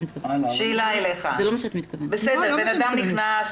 אדם נכנס,